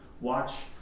watch